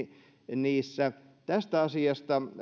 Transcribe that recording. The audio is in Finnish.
niissä tästä asiasta